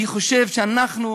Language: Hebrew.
אני חושב שאנחנו,